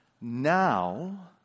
now